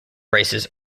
races